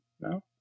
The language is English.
No